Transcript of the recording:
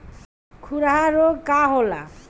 खुरहा रोग का होला?